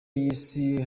y’isi